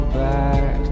back